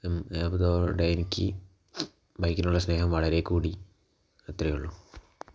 അതോടെ എനിക്ക് ബൈക്കിനോടുള്ള സ്നേഹം വളരെ കൂടി അത്രേ ഉള്ളു